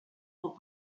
sont